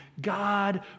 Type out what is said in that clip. God